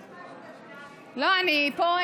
תשאירי משהו, לא, אני פה,